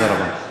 בעיני,